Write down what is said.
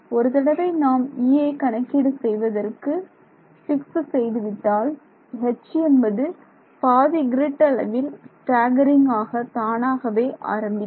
ஒரு தடவை நாம் E கணக்கீடு செய்வதற்கு பிக்ஸ் செய்துவிட்டால் H என்பது பாதி க்ரிட் அளவில் ஸ்டாக்கரிங் ஆக தானாகவே ஆரம்பிக்கும்